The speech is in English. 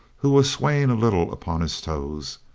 who was swaying a little upon his toes,